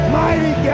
mighty